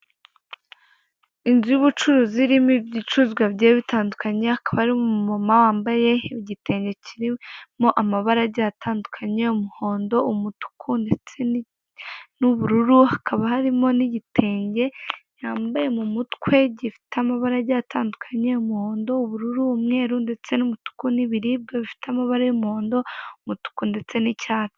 Inzu y'ubucuruzi irimo ibicuruzwa bigiye bitandukanye, hakaba harimo umumama wambaye igitenge kirimo amabara agiye atandukanye, umuhondo, umutuku ndetse n'ubururu, hakaba harimo n'igitenge yambaye mu mutwe gifite amabara agiye atandukanye, umuhondo, ubururu, umweru ndetse n'umutuku n'ibiribwa bifite amabara y'umuhondo, umutuku ndetse n'icyatsi.